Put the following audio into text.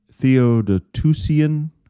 Theodotusian